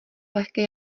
lehké